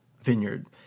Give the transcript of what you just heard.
Vineyard